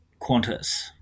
Qantas